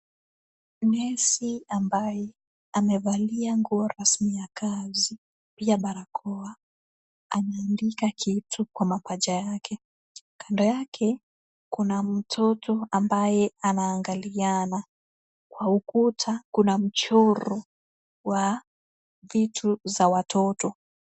Nesi ambaye amevalia nguo rasmi ya kazi pia barakoa, anaandika kitu kwa mapaja yake. Kando yake kuna mtoto ambaye anaangaliana. Kwa ukuta kuna mchoro wa vitu za watoto.